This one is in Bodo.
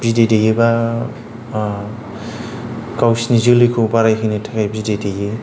बिदै दैयोबा गावसोरनि जोलैखौ बारायहोनो थाखाय बिदै दैयो